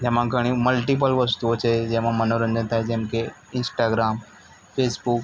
જેમાં ઘણી મલ્ટિપલ વસ્તુઓ છે જેમાં મનોરંજન થાય જેમકે ઇન્સ્ટાગ્રામ ફેસબુક